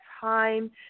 time